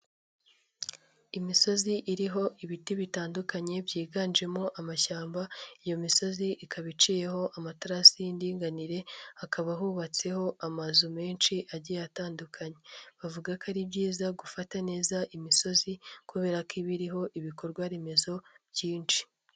Imisozi iriho ibiti bitandukanye byiganjemo amashyamba. Iyo misozi ikaba iciyeho amaterasi y'indinganire. Hakaba hubatseho amazu menshi agiye atandukanye. Bavuga ko ari byiza gufata neza imisozi kubera ko iba iriho ibikorwaremezo byinshi.